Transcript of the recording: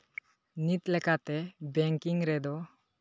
ᱱᱤᱛ ᱞᱮᱠᱟᱛᱮ ᱵᱮᱝᱠᱤᱝ ᱨᱮᱫᱚ